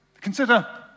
Consider